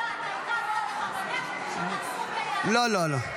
לא, לא, אתה עיכבת בכוונה כדי שהם --- לא לא לא.